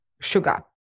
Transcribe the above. sugar